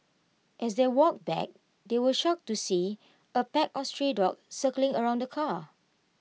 as they walked back they were shocked to see A pack of stray dogs circling around the car